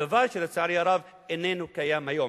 דבר שלצערי הרב איננו קיים היום.